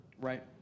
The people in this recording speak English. Right